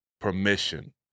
permission